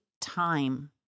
time